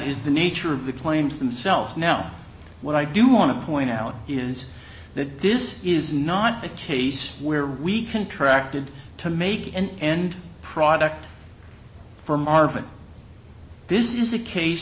is the nature of the claims themselves now what i do want to point out is that this is not a case where we contract did to make an end product for marvet this is a case